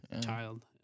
Child